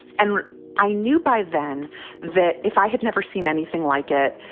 and i knew by then that if i had never seen anything like it,